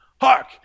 hark